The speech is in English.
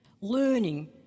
learning